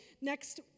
next